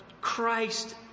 Christ